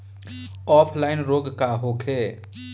Offline रोग का होखे?